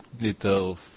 little